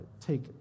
take